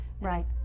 Right